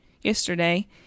yesterday